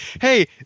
hey